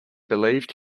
believed